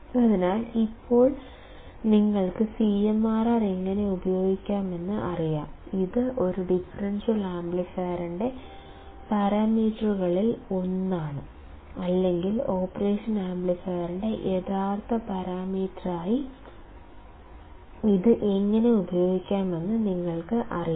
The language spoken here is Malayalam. അതിനാൽ ഇപ്പോൾ നിങ്ങൾക്ക് CMRR എങ്ങനെ ഉപയോഗിക്കാമെന്ന് അറിയാം ഇത് ഒരു ഡിഫറൻഷ്യൽ ആംപ്ലിഫയറിന്റെ പാരാമീറ്ററുകളിൽ ഒന്നാണ് അല്ലെങ്കിൽ ഓപ്പറേഷൻ ആംപ്ലിഫയറിന്റെ യഥാർത്ഥ പാരാമീറ്ററായി ഇത് എങ്ങനെ ഉപയോഗിക്കാമെന്ന് നിങ്ങൾക്കും അറിയാം